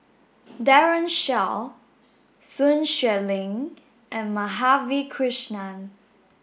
Daren Shiau Sun Xueling and Madhavi Krishnan